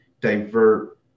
divert